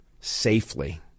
safely